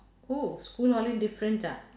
oh school holiday different ah